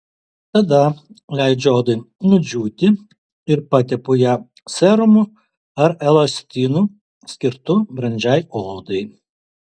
tada leidžiu odai nudžiūti ir patepu ją serumu ar elastinu skirtu brandžiai odai